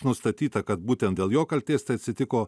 nustatyta kad būtent dėl jo kaltės tai atsitiko